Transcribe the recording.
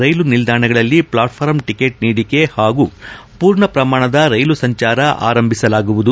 ರೈಲು ನಿಲ್ದಾಣಗಳಲ್ಲಿ platform ticket ನೀಡಿಕೆ ಪಾಗೂ ಪೂರ್ಣಪ್ರಮಾಣದ ರೈಲು ಸಂಚಾರ ಆರಂಭಿಸಲಾಗುವುದು